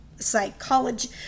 psychology